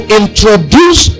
introduce